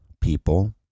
people